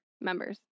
members